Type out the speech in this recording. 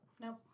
Nope